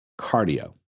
cardio